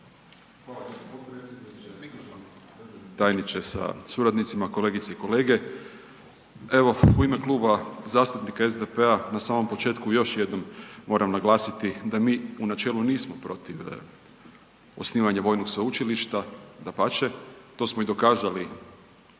državni tajniče sa suradnicima, kolegice i kolege. Evo, u ime Kluba zastupnika SDP-a na samom početku još jednom moram naglasiti da mi u načelu nismo protiv osnivanja vojnog sveučilišta, dapače to smo i dokazali